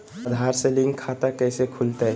आधार से लिंक खाता कैसे खुलते?